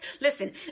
listen